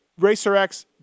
RacerX